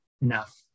enough